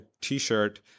T-shirt